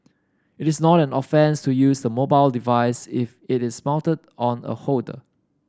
it is not an offence to use the mobile device if it is mounted on a holder